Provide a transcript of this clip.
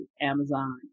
Amazon